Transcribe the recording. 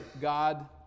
God